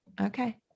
Okay